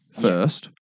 First